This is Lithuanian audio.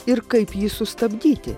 ir kaip jį sustabdyti